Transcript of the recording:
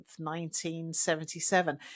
1977